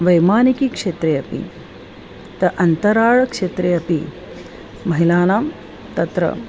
वैमानिकीक्षेत्रे अपि तु अन्तरालक्षेत्रे अपि महिलानां तत्र